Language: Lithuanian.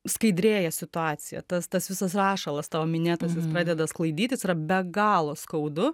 skaidrėja situacija tas tas visas rašalas tavo minėtas pradeda sklaidytis yra be galo skaudu